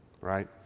right